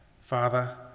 Father